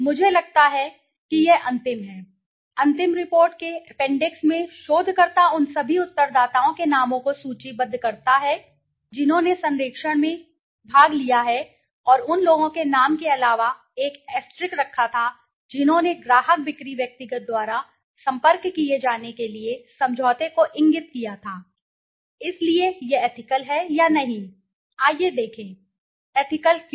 मुझे लगता है कि यह अंतिम है अंतिम रिपोर्ट के अपेंडिक्स में शोधकर्ता उन सभी उत्तरदाताओं के नामों को सूचीबद्ध करता है जिन्होंने सर्वेक्षण में भाग लिया था और उन लोगों के नाम के अलावा एक एस्ट्ररिस्क asterisk रखा था जिन्होंने ग्राहक बिक्री व्यक्तिगत द्वारा संपर्क किए जाने के लिए समझौते को इंगित किया था इसलिए यह एथिकल है या नहीं आइए देखें एथिकल क्यों